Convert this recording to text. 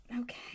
Okay